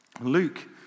Luke